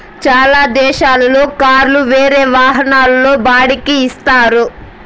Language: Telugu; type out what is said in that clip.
చాలా దేశాల్లో కార్లు వేరే వాహనాల్లో బాడిక్కి ఇత్తారు